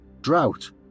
drought